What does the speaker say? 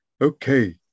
Okay